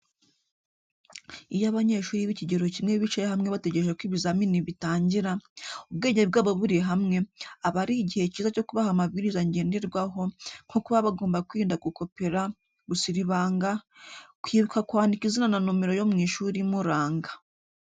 Iyo abanyeshuri b'ikigero kimwe bicaye hamwe bategereje ko ibizamini bitangira, ubwenge bwabo buri hamwe, aba ari igihe cyiza cyo kubaha amabwiriza ngenderwaho, nko kuba bagomba kwirinda gukopera, gusiribanga, kwibuka kwandika izina na nomero yo mu ishuri imuranga.